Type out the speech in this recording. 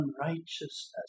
unrighteousness